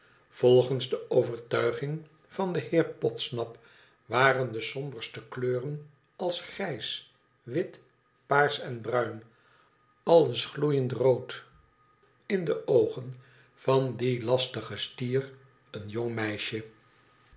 volgens de overtuiging van den heer podsnap waren de somberste kleuren als grijs wit paars en bruin alles gloeiend rood in de oogen van dien lastigen stier een jong meisje